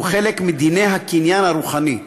הוא חלק מדיני הקניין הרוחני,